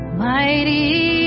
mighty